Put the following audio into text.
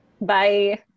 Bye